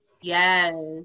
Yes